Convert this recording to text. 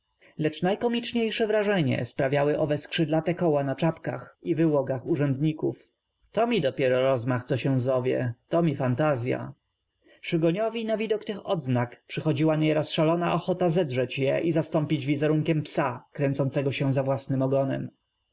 lecz najkomiczniejsze wrażenie sprawiały owe skrzydlate koła na czapkach i wyłogach urzędników to mi dopiero rozm ach co się zow ie to mi fantazya szygoniow i na w idok tych odznak przy chodziła nieraz szalona ochota zedrzeć je i zastąpić w izerunkiem psa kręcącego się za w łasnym ogonem